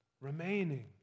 remaining